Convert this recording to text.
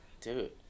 Dude